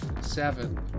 seven